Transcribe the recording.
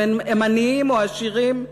אם הם עניים או עשירים,